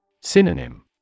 Synonym